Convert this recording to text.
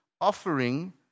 offering